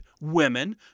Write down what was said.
women